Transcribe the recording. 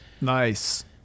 nice